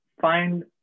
find